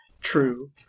true